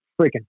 freaking